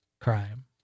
crime